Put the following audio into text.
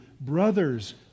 brothers